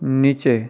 નીચે